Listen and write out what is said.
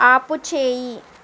ఆపుచేయి